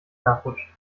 nachrutscht